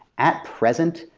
at present,